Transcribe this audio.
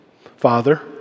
Father